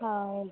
और